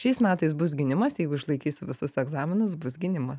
šiais metais bus gynimas jeigu išlaikysiu visus egzaminus bus gynimas